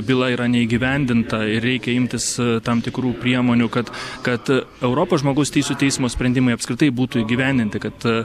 byla yra neįgyvendinta ir reikia imtis tam tikrų priemonių kad kad europos žmogaus teisių teismo sprendimai apskritai būtų įgyvendinti kad